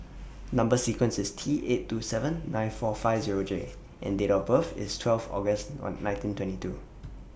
Number sequence IS T eight two seven nine four five Zero J and Date of birth IS twelfth August one nineteen twenty two